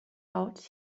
out